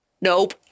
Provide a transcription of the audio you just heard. Nope